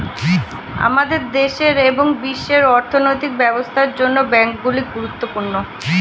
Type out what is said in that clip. আমাদের দেশের এবং বিশ্বের অর্থনৈতিক ব্যবস্থার জন্য ব্যাংকগুলি গুরুত্বপূর্ণ